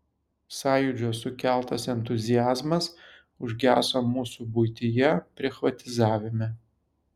sąjūdžio sukeltas entuziazmas užgeso mūsų buityje prichvatizavime